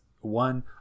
one